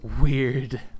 weird